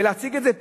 ולהציג את זה,